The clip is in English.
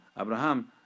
Abraham